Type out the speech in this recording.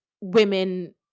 women